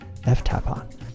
ftapon